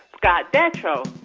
scott detrow.